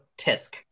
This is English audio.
Tisk